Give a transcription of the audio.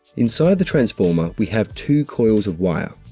inside the transformer we have two coils of wire.